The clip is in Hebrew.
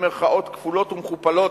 במירכאות כפולות ומכופלות,